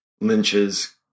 Lynch's